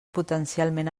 potencialment